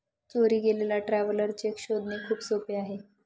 चोरी गेलेला traveller cheque शोधणे खूप सोपे आहे